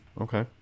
Okay